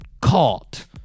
caught